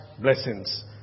blessings